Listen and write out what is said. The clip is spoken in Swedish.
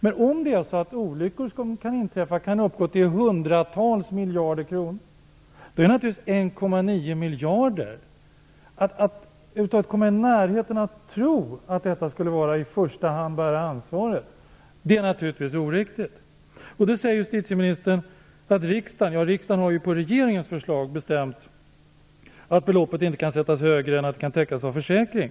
Men om kostnaden för olyckor som kan inträffa kan uppgå till hundratals miljarder kronor, är det naturligtvis oriktigt att tro att 1,9 miljarder över huvud taget kommer i närheten av förstahandsansvaret. Justitieministern säger att riksdagen - vilket ju skett på regeringens förslag - har bestämt att beloppet inte kan sättas högre än att det kan täckas av försäkring.